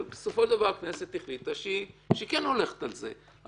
בסופו של דבר הכנסת החליטה שהיא כן הולכת על זה.